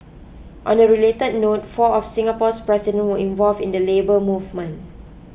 on a related note four of Singapore's president were involved in the Labour Movement